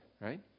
right